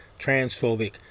transphobic